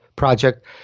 project